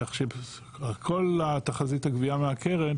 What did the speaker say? כך שכל התחזית הגבייה מהקרן,